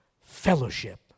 fellowship